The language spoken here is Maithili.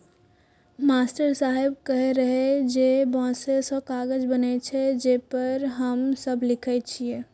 मास्टर साहेब कहै रहै जे बांसे सं कागज बनै छै, जे पर हम सब लिखै छियै